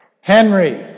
Henry